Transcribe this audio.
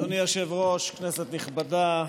אדוני היושב-ראש, כנסת נכבדה,